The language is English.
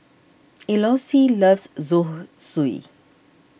Eloise loves Zosui